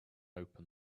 open